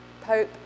Pope